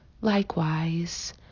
Likewise